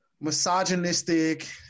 misogynistic